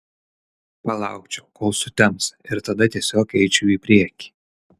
palaukčiau kol sutems ir tada tiesiog eičiau į priekį